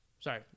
Sorry